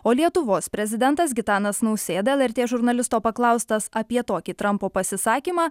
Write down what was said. o lietuvos prezidentas gitanas nausėda lrt žurnalisto paklaustas apie tokį trampo pasisakymą